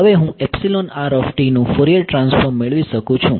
હવે હું નું ફોરિયર ટ્રાન્સફોર્મ મેળવી શકું છું